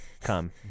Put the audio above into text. come